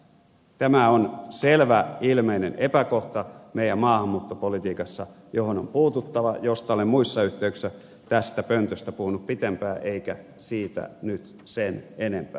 tämä on meidän maahanmuuttopolitiikassamme selvä ilmeinen epäkohta johon on puututtava josta olen muissa yhteyksissä tästä pöntöstä puhunut pitempään eikä siitä nyt sen enempää